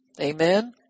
Amen